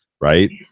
Right